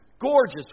Gorgeous